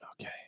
Okay